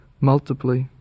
multiply